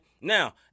Now